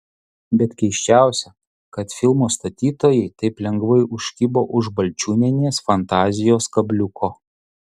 bet keisčiausia kad filmo statytojai taip lengvai užkibo už balčiūnienės fantazijos kabliuko